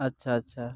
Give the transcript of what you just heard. ᱟᱪᱪᱷᱟ ᱟᱪᱪᱷᱟ